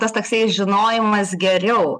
tas toksai žinojimas geriau